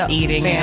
eating